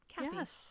Yes